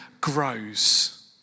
grows